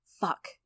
Fuck